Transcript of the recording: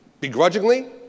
begrudgingly